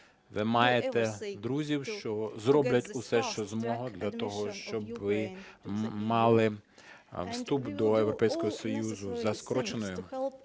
ви маєте друзів, що зроблять усе, що зможуть, для того, щоб ви мали вступ до Європейського Союзу за скороченою,